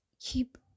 keep